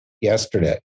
yesterday